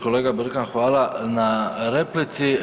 Kolega Brkan, hvala na replici.